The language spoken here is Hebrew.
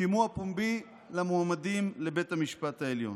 שימוע פומבי למועמדים לבית המשפט העליון.